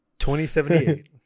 2078